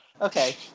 okay